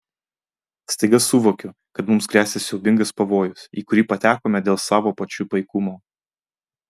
staiga suvokiu kad mums gresia siaubingas pavojus į kurį patekome dėl savo pačių paikumo